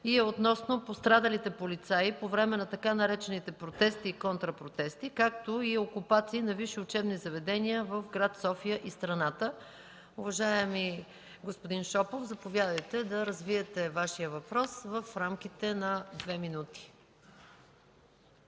относно пострадалите полицаи по време на така наречените „протести и контрапротести”, както и окупации на висши учебни заведения в град София и страната. Уважаеми господин Шопов, заповядайте да развиете Вашия въпрос в рамките на 2 минути.